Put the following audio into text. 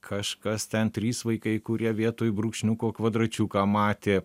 kažkas ten trys vaikai kurie vietoj brūkšniuko kvadračiuką matė